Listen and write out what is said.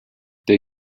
der